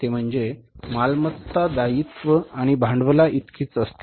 ते म्हणजे मालमत्ता दायित्व आणि भांडवलाइतकीच असते